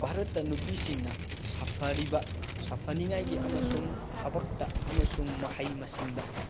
ꯚꯥꯔꯠꯇ ꯅꯨꯄꯤꯁꯤꯡꯅ ꯁꯥꯐꯔꯤꯕ ꯁꯥꯐꯅꯤꯡꯉꯥꯏꯒꯤ ꯑꯃꯁꯨꯡ ꯊꯕꯛꯇ ꯑꯃꯁꯨꯡ ꯃꯍꯩ ꯃꯁꯤꯡꯗ